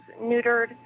neutered